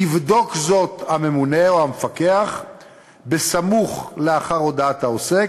יבדוק זאת הממונה או המפקח סמוך לאחר הודעת העוסק,